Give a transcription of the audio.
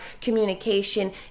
communication